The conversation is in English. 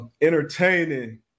entertaining